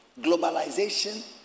globalization